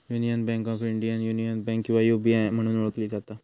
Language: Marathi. union bank of India, union bank किंवा यू.बी.आय म्हणून ओळखली जाता